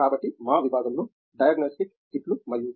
కాబట్టి మా విభాగంలో డయాగ్నొస్టిక్ కిట్లు మరియు బి